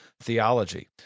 theology